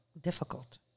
difficult